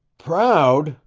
proud!